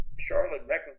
Charlotte-Mecklenburg